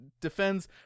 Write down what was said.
defends